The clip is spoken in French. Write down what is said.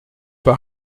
pas